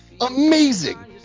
amazing